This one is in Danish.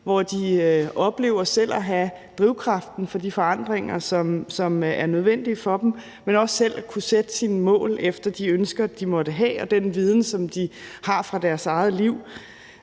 hvor de oplever selv at have drivkraften til de forandringer, som er nødvendige for dem, men også selv at kunne sætte deres mål efter de ønsker, de måtte have, og den viden, som de har fra deres eget liv,